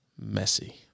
messy